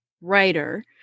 writer